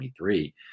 2023